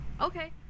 Okay